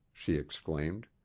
she exclaimed.